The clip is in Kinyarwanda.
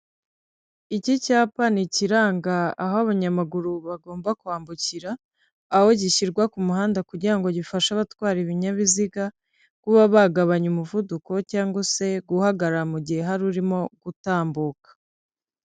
Iki cyapa ni ikiranga aho abanyamaguru bagomba kwambukira, aho gishyirwa ku muhanda kugirango gifashe abatwara ibinyabiziga kuba bagabanya umuvuduko cyangwa se guhagarara mu gihe hari urimo gutambuka.